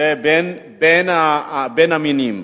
בין המינים.